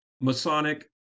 Masonic